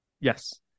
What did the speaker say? Yes